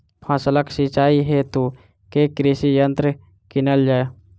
फसलक सिंचाई हेतु केँ कृषि यंत्र कीनल जाए?